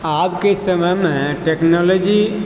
आब के समय मे टेक्नोलॉजी